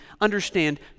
understand